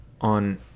on